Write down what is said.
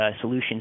solutions